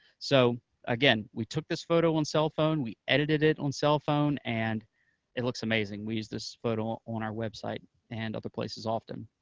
so again, we took this photo on cellphone, we edited it on cellphone, and it looks amazing. we use this photo on our website and other places often.